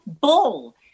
bull